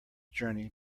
journey